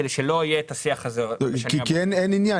כדי שלא יהיה את השיח הזה --- כי אין עניין.